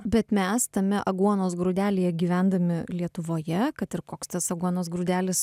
bet mes tame aguonos grūdelyje gyvendami lietuvoje kad ir koks tas aguonos grūdelis